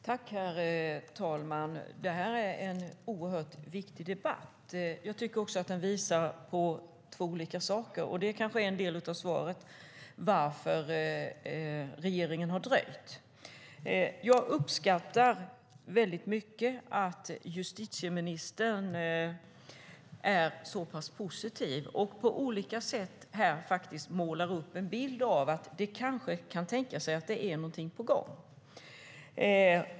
Herr talman! Detta är en mycket viktig debatt. Jag tycker också att den visar på två olika saker. Det kanske är en del av svaret på frågan varför regeringen har dröjt. Jag uppskattar mycket att justitieministern är så pass positiv och på olika sätt målar upp en bild av att det kanske kan vara något på gång.